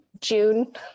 June